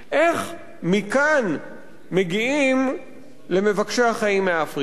איך מכאן מגיעים למבקשי החיים מאפריקה?